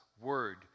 Word